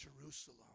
Jerusalem